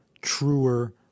truer